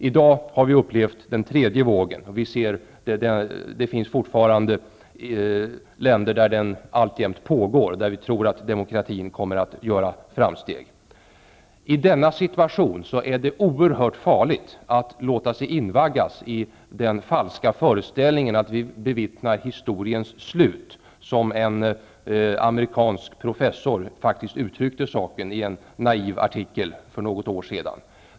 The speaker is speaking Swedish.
I dag har vi upplevt den tredje vågen, och det finns länder där den alltjämt gör sig gällande, men där vi tror att demokratin skall göra framsteg. I denna situation är det oerhört farligt att låta sig invaggas i den falska föreställningen att vi bevittnar histioriens slut, som en amerikansk professor faktiskt uttryckte saken i en naiv artikel för något år sedan.